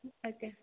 ଆଜ୍ଞା